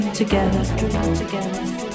Together